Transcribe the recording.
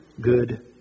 good